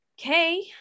okay